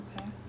Okay